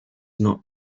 not